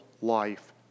life